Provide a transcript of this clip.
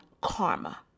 karma